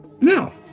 No